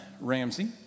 Ramsey